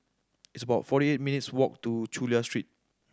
it's about forty eight minutes' walk to Chulia Street